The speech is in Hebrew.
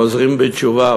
חוזרים בתשובה,